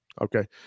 Okay